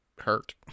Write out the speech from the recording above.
hurt